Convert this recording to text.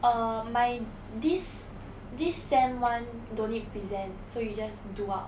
err my this this sem one don't need present so you just do out